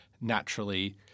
naturally